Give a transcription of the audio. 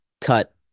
cut